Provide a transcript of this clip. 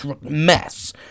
mess